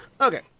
Okay